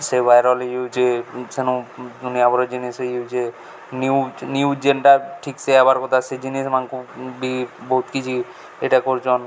ସେ ଭାଇରାଲ୍ ହି ଯାଉଛେ ସେନୁୁ ଦୁନିଆ ଭରର୍ ଜିନଷ୍ ହେଇଯଉଛେ ନ୍ୟୁଜ୍ ନ୍ୟୁଜ୍ ଯେନ୍ଟା ଠିକ୍ସେ ଆଏବାର୍ କଥା ସେ ଜିନିଷ୍ମାନ୍କୁ ବି ବହୁତ୍ କିଛି ଇଟା କରୁଚନ୍